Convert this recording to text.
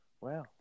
Wow